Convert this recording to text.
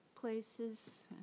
places